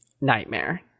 nightmare